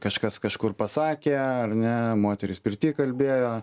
kažkas kažkur pasakė ar ne moterys pirty kalbėjo